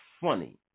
funny